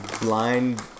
blind